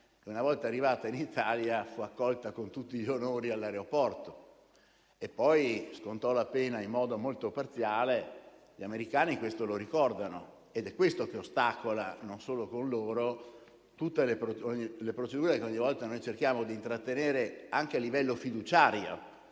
una volta arrivata in Italia, fu accolta con tutti gli onori all'aeroporto e poi scontò la pena in modo molto parziale. Gli americani questo lo ricordano ed è questo che ostacola, non solo con loro, le procedure che ogni volta noi cerchiamo di intrattenere, anche a livello fiduciario.